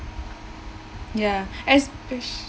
ya as